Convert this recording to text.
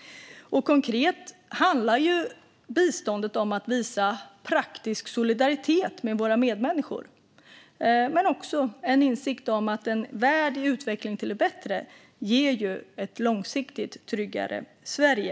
Konkret handlar biståndet om att visa praktisk solidaritet med våra medmänniskor - men också om insikten att en värld i utveckling till det bättre ger ett långsiktigt tryggare Sverige.